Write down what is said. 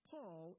Paul